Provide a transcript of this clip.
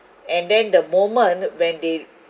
and then the moment when they